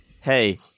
hey